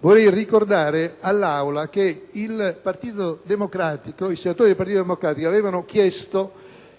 vorrei ricordare all'Assemblea che i senatori del Partito Democratico avevano chiesto